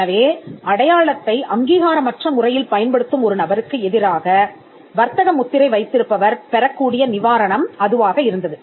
எனவே அடையாளத்தை அங்கீகாரமற்ற முறையில் பயன்படுத்தும் ஒரு நபருக்கு எதிராக வர்த்தக முத்திரை வைத்திருப்பவர் பெறக்கூடிய நிவாரணம் அதுவாக இருந்தது